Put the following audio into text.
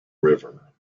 river